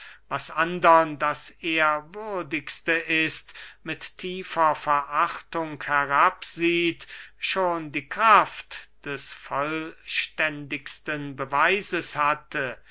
was andern das ehrwürdigste ist mit tiefer verachtung herabsieht schon die kraft des vollständigsten beweises hatte